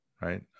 Right